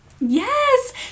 Yes